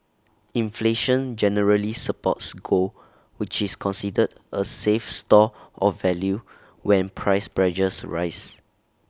inflation generally supports gold which is considered A safe store of value when price pressures rise